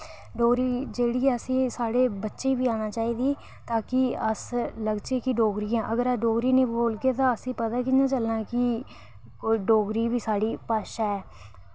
डोगरी जेह्ड़ी ऐ असेंगी साढ़े बच्चें गी बी आना चाहिदी ऐ ताकि अस लग्गचै कि डोगरी आं डोगरी निं बोलगे ते असेंगी पता कि'यां चलना कि डोगरी बी साढ़ी भाशा ऐ